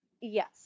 Yes